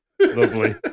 Lovely